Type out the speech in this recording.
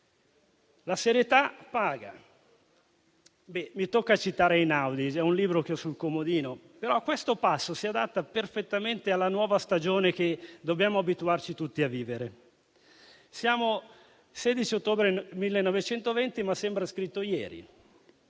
La serietà paga. Mi tocca citare un libro di Einaudi che ho sul comodino, perché questo passo si adatta perfettamente alla nuova stagione che dobbiamo abituarci tutti a vivere. Siamo al 16 ottobre 1920, ma sembra scritto ieri: